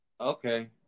Okay